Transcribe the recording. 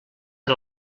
per